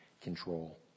control